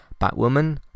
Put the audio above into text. Batwoman